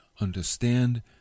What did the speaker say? understand